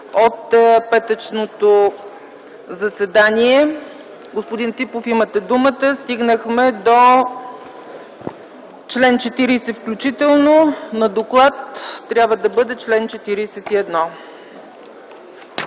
от петъчното заседание. Господин Ципов, имате думата – стигнахме до чл. 40 включително, който по доклад трябва да бъде чл. 41.